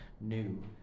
new